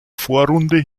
vorrunde